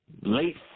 late